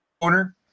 corner